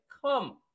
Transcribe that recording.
come